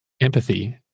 empathy